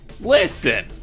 listen